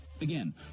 Again